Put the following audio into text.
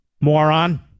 moron